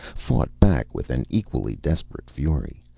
fought back with an equally desperate fury,